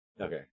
okay